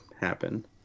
happen